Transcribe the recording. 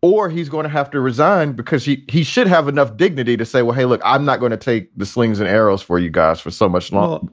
or he's going to have to resign because he he should have enough dignity to say, well, hey, look, i'm not going to take the slings and arrows for you guys for so much longer,